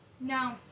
No